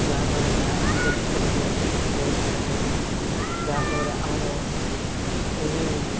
ଯାହାଦ୍ୱାରାକି ଆମେ ନିଜ ଦେଶରେ ଯିବାକୁ ବହୁତ ଇଚ୍ଛା କରିଥାଉ ଯାହାଫଳରେ ଆମର ଏ